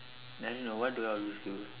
I don't know what do I always do